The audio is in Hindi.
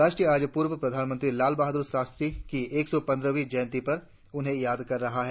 राष्ट्र आज पूर्व प्रधानमंत्री लाल बहादुर शास्त्री की एक सौ पंद्रहवी जयंती पर उन्हें याद कर रहा है